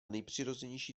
nejpřirozenější